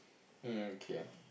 hm K